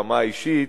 ברמה האישית,